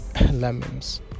lemons